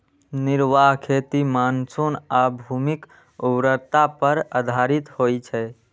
निर्वाह खेती मानसून आ भूमिक उर्वरता पर आधारित होइ छै